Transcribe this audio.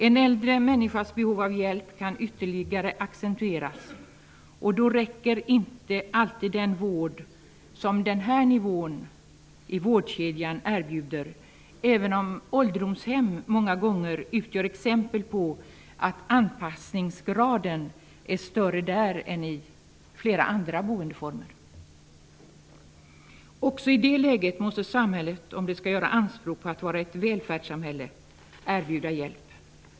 En äldre människas behov av hjälp kan ytterligare accentueras, och då räcker inte alltid den vård som erbjuds på den här nivån i vårdkedjan, även om det finns exempel på att anpassningsgraden är större inom ålderdomshemmen än inom flera andra boendeformer. Också i det läget måste samhället, om det gör anspråk på att vara ett välfärdssamhälle, erbjuda hjälp.